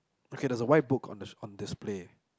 okay there's a white book on the on display